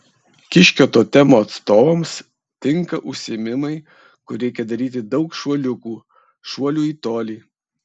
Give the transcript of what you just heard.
kiškio totemo atstovams tinka užsiėmimai kur reikia daryti daug šuoliukų šuolių į tolį